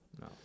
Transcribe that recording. No